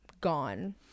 gone